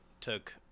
took